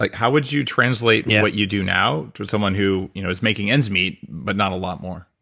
like how would you translate what you do now to someone who you know is making ends meet but not a lot more?